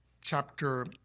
chapter